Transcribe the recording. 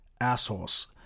assholes